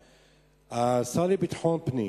השר לביטחון פנים.